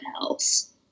else